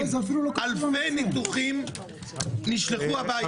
אלפי ניתוחים נשלחו הביתה.